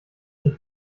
nicht